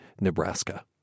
Nebraska